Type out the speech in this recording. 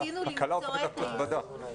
הקלה הופכת הכבדה.